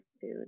food